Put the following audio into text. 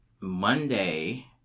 Monday